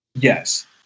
Yes